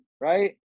Right